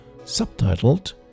subtitled